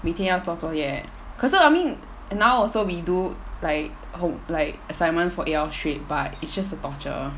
明天要做作业可是 I mean now also we do like hom~ like assignment for E_L street but it's just a torture